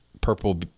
purple